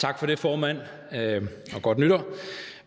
Thulesen Dahl (DF):